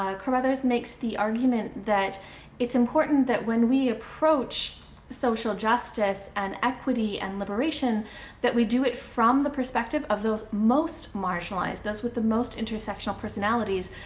ah carruthers makes the argument that it's important that when we approach social justice and equity and liberation that we do it from the perspective of those most marginalized, those with the most intersectional personalities,